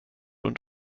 und